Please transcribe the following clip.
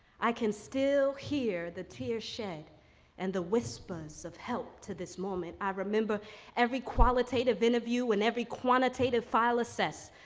i can still hear the tears shed and the whispers of help to this moment. i remember every qualitative interview and every quantitative file assessed.